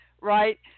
Right